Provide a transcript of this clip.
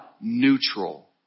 neutral